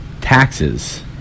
taxes